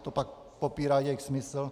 To pak popírá jejich smysl.